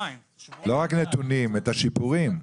לא רק את הנתונים, את השיפורים,